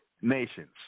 nations